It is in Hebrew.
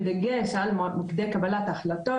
בדגש על מוקדי קבלת ההחלטות,